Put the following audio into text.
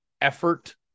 effort